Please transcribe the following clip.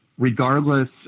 regardless